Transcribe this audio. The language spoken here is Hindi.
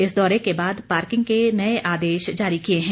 इस दौरे के बाद पार्किंग के नये आदेश जारी किए है